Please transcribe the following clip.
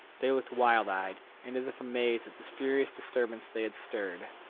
they looked wild-eyed, and as if amazed at this furious disturbance they had stirred.